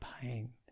pain